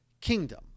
kingdom